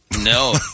No